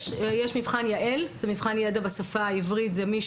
יש מבחן יע"ל שבוחן ידע בשפה העברית בקרב תלמידים